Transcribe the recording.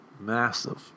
Massive